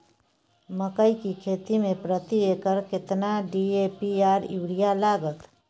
मकई की खेती में प्रति एकर केतना डी.ए.पी आर यूरिया लागत?